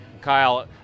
Kyle